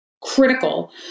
critical